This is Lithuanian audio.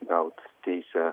gaut teisę